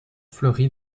fleurit